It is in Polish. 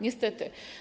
Niestety.